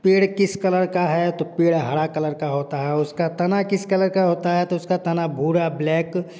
पेड़ किस कलर का है तो पेड़ हरा कलर का है उसका तना किस कलर का होता है तो उसका तना भूरा ब्लैक